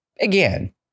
again